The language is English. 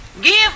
Give